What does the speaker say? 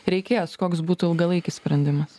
reikės koks būtų ilgalaikis sprendimas